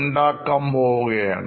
ഉണ്ടാക്കാൻ പോവുകയാണ്